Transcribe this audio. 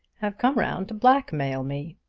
have come round to blackmail me.